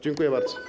Dziękuję bardzo.